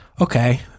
okay